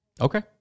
Okay